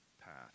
path